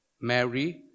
Mary